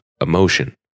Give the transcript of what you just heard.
Emotion